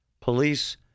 police